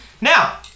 Now